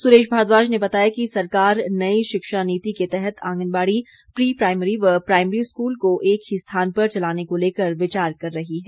सुरेश भारद्वाज ने बताया कि सरकार नई शिक्षा नीति के तहत आंगनबाड़ी प्री प्राइमरी व प्राइमरी स्कूल को एक ही स्थान पर चलाने को लेकर विचार कर रही है